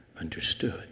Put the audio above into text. understood